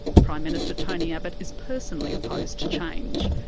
prime minister tony abbott is personally opposed to change,